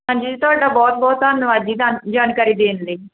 ਹਾਂਜੀ ਤੁਹਾਡਾ ਬਹੁਤ ਬਹੁਤ ਧੰਨਵਾਦ ਜੀ ਧੰਨ ਜਾਣਕਾਰੀ ਦੇਣ ਲਈ